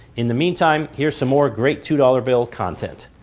in the meantime, here's some more great two dollars bill content.